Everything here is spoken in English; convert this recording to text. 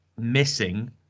missing